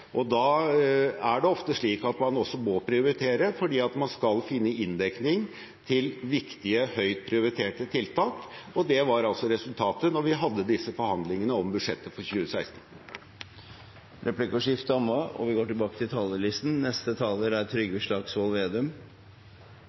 arbeid. Da er det ofte slik at man også må prioritere fordi man skal finne inndekning til viktige, høyt prioriterte tiltak, og det var altså resultatet da vi hadde disse forhandlingene om budsjettet for 2016. Replikkordskiftet er omme. Dette er den fjerde budsjettbehandlingen vi